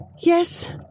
Yes